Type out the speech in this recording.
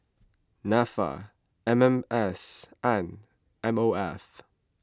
Nafa M M S and M O F